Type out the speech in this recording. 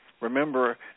Remember